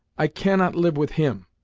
i cannot live with him.